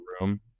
room